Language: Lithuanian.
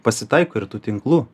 pasitaiko ir tų tinklų